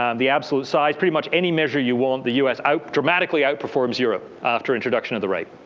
um the absolute size, pretty much any measure you want, the us dramatically outperforms europe after introduction of the rate.